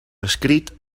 escrit